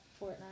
Fortnite